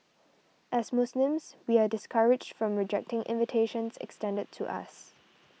as Muslims we are discouraged from rejecting invitations extended to us